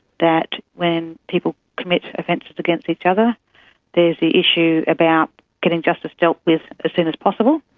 that when people commit offences against each other there's the issue about getting justice dealt with as soon as possible,